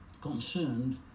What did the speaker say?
concerned